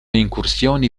incursioni